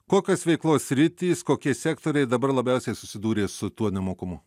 kokios veiklos sritys kokie sektoriai dabar labiausiai susidūrė su tuo nemokumu